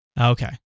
Okay